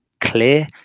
clear